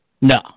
No